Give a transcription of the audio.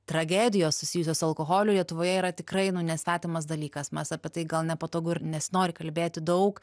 tragedijos susijusios su alkoholiu lietuvoje yra tikrai nesvetimas dalykas mes apie tai gal nepatogu ir nesinori kalbėti daug